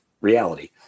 reality